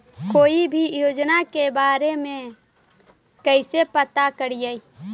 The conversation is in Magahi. कोई भी योजना के बारे में कैसे पता करिए?